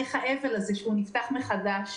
וכשתהליך האבל הזה נפתח מחדש.